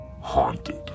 Haunted